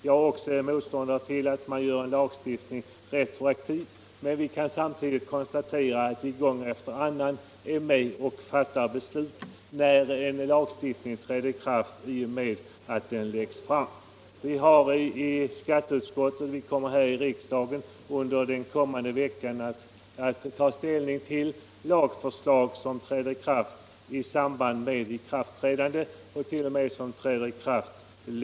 Jag är principiellt motståndare till att man gör en lagstiftning retroaktiv, men vi kan samtidigt konstatera att vi gång efter annan är med om att fatta beslut som innebär att en lag träder i kraft i och med att förslaget om den läggs fram. Vi kommer här i riksdagen under kommande vecka att ta ställning till lagförslag som träder i kraft i samband med framläggandet — och 1. o. m. längre tillbaka i tiden.